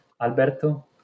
Alberto